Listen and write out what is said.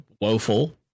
woeful